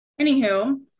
anywho